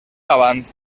abans